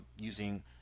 using